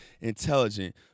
intelligent